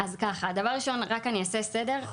דבר ראשון רק אני אעשה סדר.